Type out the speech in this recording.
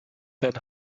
then